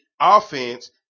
Offense